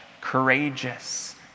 courageous